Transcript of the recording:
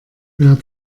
wer